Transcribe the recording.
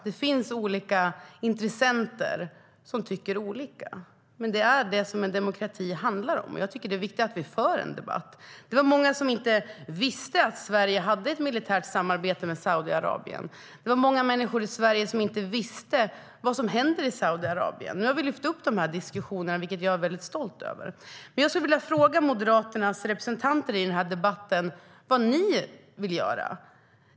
Det finns olika intressenter som tycker olika. Men det är det som demokrati handlar om. Jag tycker att det är viktigt att vi för en debatt. Det var många som inte visste att Sverige hade ett militärt samarbete med Saudiarabien. Det var många människor i Sverige som inte visste vad som händer i Saudiarabien. Nu har vi lyft upp de här diskussionerna, vilket jag är väldigt stolt över. Jag skulle vilja fråga Moderaternas representanter i debatten: Vad vill ni göra?